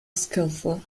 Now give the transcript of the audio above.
skiffle